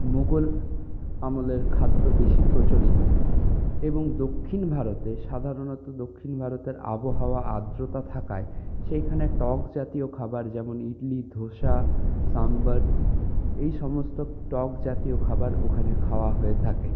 মুগল আমলের খাদ্য বেশি প্রচলিত এবং দক্ষিণ ভারতে সাধারণত দক্ষিণ ভারতের আবহাওয়া আর্দ্রতা থাকায় সেইখানে টক জাতীয় খাবার যেমন ইডলি ধোসা সাম্বার এই সমস্ত টক জাতীয় খাবার ওখানে খাওয়া হয়ে থাকে